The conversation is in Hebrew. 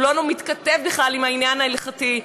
הוא לא מתכתב בכלל עם העניין ההלכתי,